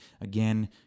again